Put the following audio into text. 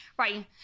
Right